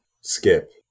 skip